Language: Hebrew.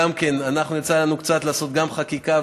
גם יצא לנו קצת לעשות גם חקיקה.